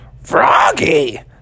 Froggy